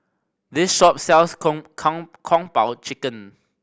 this shop sells Kung Po Chicken